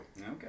Okay